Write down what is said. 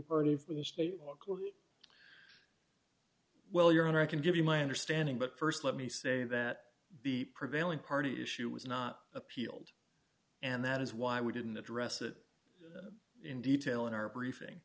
brewing party for the state well your honor i can give you my understanding but st let me say that be prevailing party issue was not appealed and that is why we didn't address it in detail in our briefing